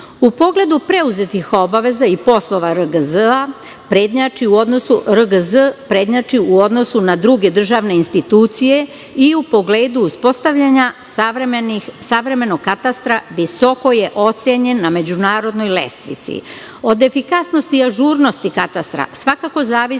pogledu preuzetih obaveza i poslova RGZ, on prednjači u odnosu na druge državne institucije i u pogledu uspostavljanja savremenog katastra i visoko je ocenjen na međunarodnoj lestvici. Od efikasnosti i ažurnosti katastra, svakako zavisi